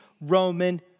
Roman